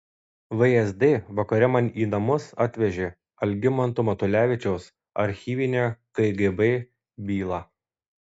vsd vakare man į namus atvežė algimanto matulevičiaus archyvinę kgb bylą